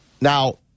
Now